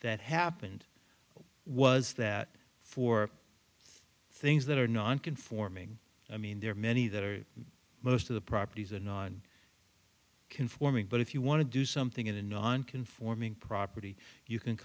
that happened was that for things that are non conforming i mean there are many that are most of the properties are non conforming but if you want to do something in a non conforming property you can